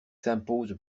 s’impose